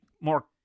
more